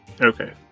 Okay